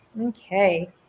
okay